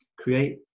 Create